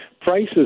prices